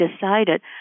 decided